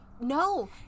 No